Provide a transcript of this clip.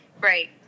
Right